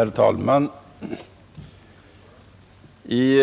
Herr talman! I